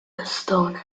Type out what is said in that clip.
gastone